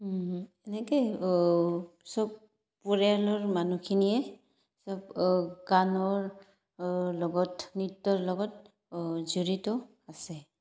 এনেকে চব পৰিয়ালৰ মানুহখিনিয়ে চব গানৰ লগত নৃত্যৰ লগত জড়িত আছে